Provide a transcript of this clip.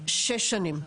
שש שנים.